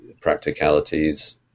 practicalities